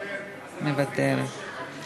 מוותר, מוותר.